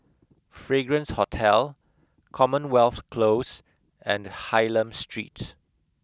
Fragrance Hotel Commonwealth Close and Hylam Street